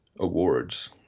awards